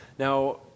Now